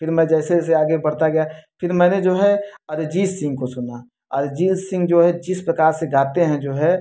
फिर मैं जैसे जैसे आगे बढ़ता गया फिर मैंने जो है अरिजीत सिंह को सुना अरिजीत सिंह जो है जिस प्रकार से गाते हैं जो है